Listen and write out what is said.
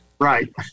Right